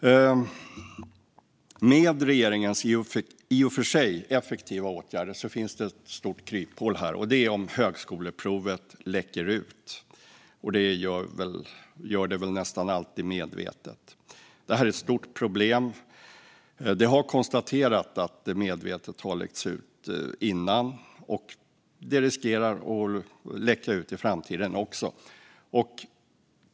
När det gäller regeringens i och för sig effektiva åtgärder finns det ett stort kryphål - om högskoleprovet läcks ut. Detta görs väl nästan alltid medvetet. Det är ett stort problem. Det har konstaterats att det medvetet har läckts ut, och det riskerar att göra det också i framtiden.